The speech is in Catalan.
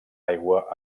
aigua